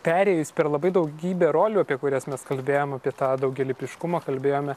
perėjus per labai daugybę rolių apie kurias mes kalbėjom apie tą daugialypiškumą kalbėjome